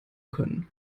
können